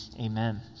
Amen